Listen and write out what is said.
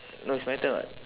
no it's my turn [what]